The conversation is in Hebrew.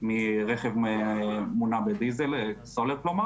מרכב מונע בסולר.